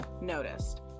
noticed